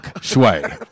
shui